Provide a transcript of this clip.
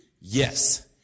Yes